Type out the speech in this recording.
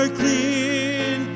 clean